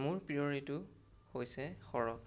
মোৰ প্ৰিয় ঋতু হৈছে শৰত